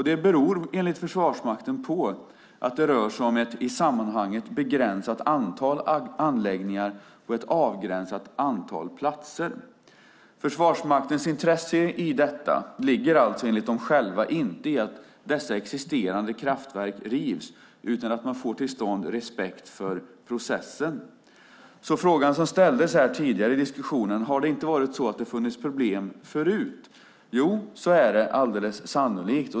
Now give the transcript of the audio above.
Det beror enligt Försvarsmakten på att det rör sig om ett i sammanhanget begränsat antal anläggningar på ett avgränsat antal platser. Försvarsmaktens intresse i detta ligger alltså enligt dem själva inte i att existerande kraftverk rivs utan i att man får till stånd respekt för processen. Så svaret på frågan som ställdes tidigare i diskussionen, om det inte har varit så att det funnits problem förut, är: Jo, så är det alldeles sannolikt.